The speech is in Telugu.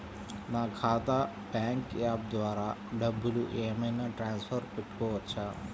నా ఖాతా బ్యాంకు యాప్ ద్వారా డబ్బులు ఏమైనా ట్రాన్స్ఫర్ పెట్టుకోవచ్చా?